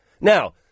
Now